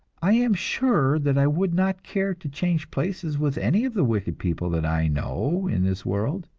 i am sure that i would not care to change places with any of the wicked people that i know in this world.